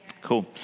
Cool